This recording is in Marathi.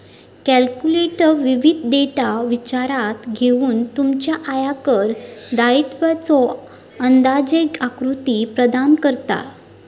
कॅल्क्युलेटर विविध डेटा विचारात घेऊन तुमच्या आयकर दायित्वाचो अंदाजे आकृती प्रदान करता